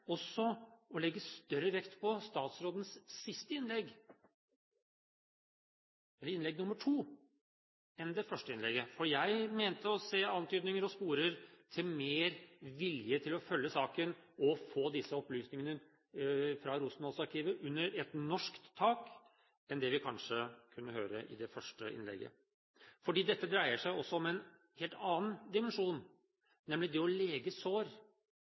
også å legge større vekt på statsrådens siste innlegg, innlegg nr. 2, enn det første innlegget, for jeg mente der å se antydninger og spore til mer vilje til å følge saken og få disse opplysningene fra Rosenholz-arkivet under et norsk tak enn det vi kanskje kunne høre i det første innlegget. Dette dreier seg også om en helt annen dimensjon, nemlig det å lege sår.